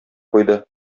куйды